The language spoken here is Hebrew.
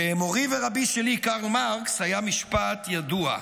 למורי ורבי שלי, קרל מרקס, היה משפט ידוע: